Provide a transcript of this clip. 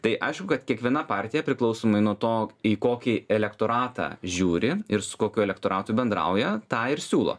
tai aišku kad kiekviena partija priklausomai nuo to į kokį elektoratą žiūri ir su kokiu elektoratu bendrauja tą ir siūlo